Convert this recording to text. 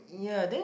ya then